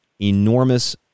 enormous